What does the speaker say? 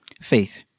faith